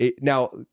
Now